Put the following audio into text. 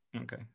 Okay